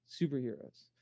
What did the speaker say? superheroes